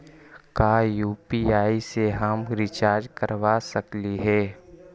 का यु.पी.आई से हम रिचार्ज करवा सकली हे?